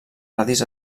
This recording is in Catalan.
radis